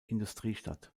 industriestadt